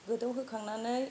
गोदौहोखांनानै